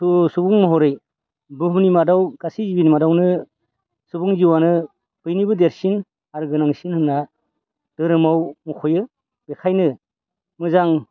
सुबुं महरै बुहुमनि मादाव गासै जिबिनि मादावनो सुबुं जिउआनो बयनिबो देरसिन आरो गोनांसिन होनना धोरोमाव मखयो बेखायनो मोजां